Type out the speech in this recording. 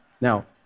Now